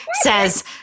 says